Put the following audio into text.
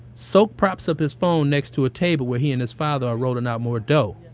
sok props up his phone next to a table where he and his father are rolling out more dough.